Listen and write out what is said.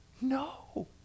No